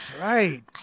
right